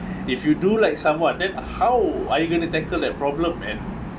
if you do like someone then how are you going to tackle that problem man